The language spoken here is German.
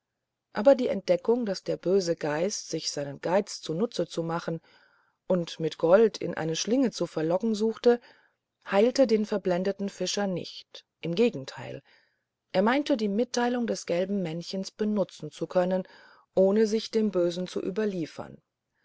aber die entdeckung daß der böse geist sich seinen geiz zunutze zu machen und mit gold in seine schlingen zu verlocken suchte heilte den verblendeten fischer nicht im gegenteil er meinte die mitteilung des gelben männchens benutzen zu können ohne sich dem bösen zu überliefern